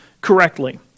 correctly